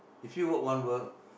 if you work one work